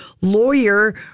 lawyer